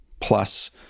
plus